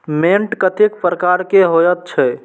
मैंट कतेक प्रकार के होयत छै?